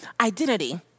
identity